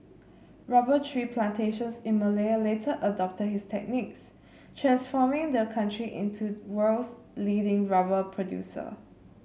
rubber tree plantations in Malaya later adopted his techniques transforming the country into world's leading rubber producer